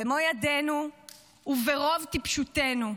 במו ידינו וברוב טיפשותנו.